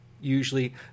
usually